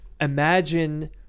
imagine